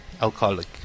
Alcoholic